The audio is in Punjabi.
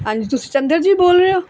ਹਾਂਜੀ ਤੁਸੀਂ ਚੰਦਰ ਜੀ ਬੋਲ ਰਹੇ ਹੋ